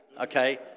okay